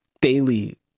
daily